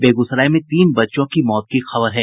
बेगूसराय में तीन बच्चों की मौत की खबर है